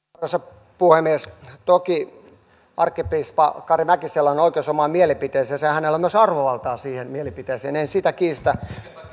arvoisa puhemies toki arkkipiispa kari mäkisellä on oikeus omaan mielipiteeseensä ja hänellä on myös arvovaltaa siihen mielipiteeseen en sitä kiistä